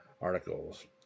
articles